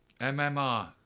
MMR